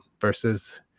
Versus